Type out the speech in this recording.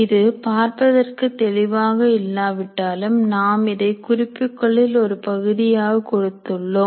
இது பார்ப்பதற்கு தெளிவாக இல்லாவிட்டாலும் நாம் இதை குறிப்புகளில் ஒரு பகுதியாக கொடுத்துள்ளோம்